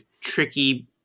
tricky